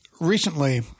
Recently